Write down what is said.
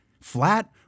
Flat